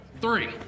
three